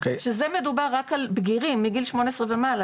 שזה מדובר רק על בגירים מגיל שמונה עשרה ומעלה.